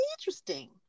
interesting